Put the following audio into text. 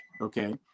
okay